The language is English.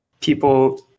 people